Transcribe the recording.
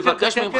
שב בשקט.